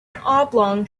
oblong